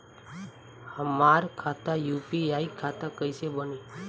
हमार खाता यू.पी.आई खाता कईसे बनी?